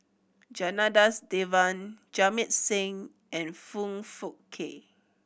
Janadas Devan Jamit Singh and Foong Fook Kay